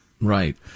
right